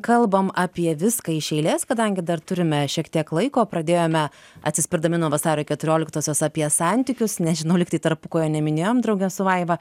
kalbam apie viską iš eilės kadangi dar turime šiek tiek laiko pradėjome atsispirdami nuo vasario keturioliktosios apie santykius nežinau lygtai tarpukojo neminėjom drauge su vaiva